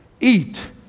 eat